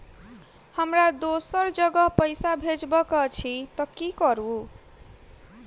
हमरा दोसर जगह पैसा भेजबाक अछि की करू?